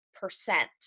percent